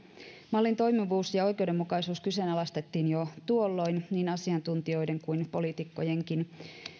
mallin toimivuus ja oikeudenmukaisuus kyseenalaistettiin jo tuolloin niin asiantuntijoiden kuin poliitikkojenkin